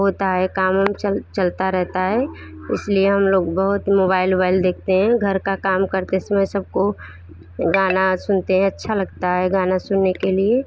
होता है काम उन चल चलता रहता है इस लिए हम लोग बहुत मोबैल उबैल देखते हैं घर का काम करते समय सब को गाना सुनते हैं अच्छा लगता है गाना सुनने के लिए